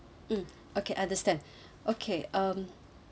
mm okay understand okay um